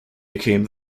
became